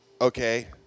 Okay